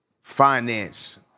finance